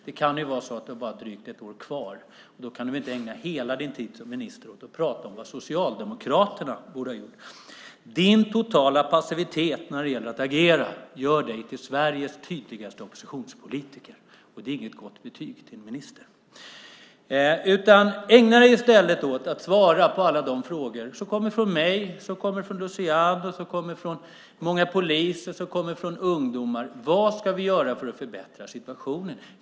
Det kan vara så att du bara har drygt ett år kvar, och då kan du inte ägna hela din tid som minister åt att prata om vad Socialdemokraterna borde ha gjort. Din totala passivitet gör dig till Sveriges tydligaste oppositionspolitiker. Det är inget gott betyg till en minister. Ägna dig i stället åt att svara på alla de frågor som kommer från mig, som kommer från Luciano, många poliser och ungdomar om vad ni ska göra för att förbättra situationen.